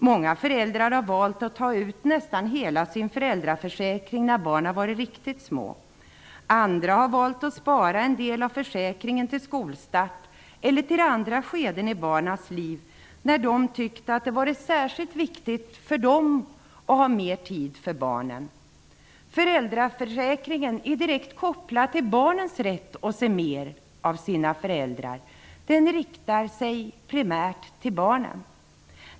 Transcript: Många föräldrar har valt att ta ut nästan hela sin föräldraförsäkring när barnen varit riktigt små. Andra har valt att spara en del av försäkringen till skolstart eller till andra skeden i barnens liv när de tyckt att det varit särskilt viktigt för dem att ha mer tid för barnen. Föräldraförsäkringen är direkt kopplad till barnens rätt att se mer av sina föräldrar. Den riktar sig primärt till barnen.